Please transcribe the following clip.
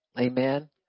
Amen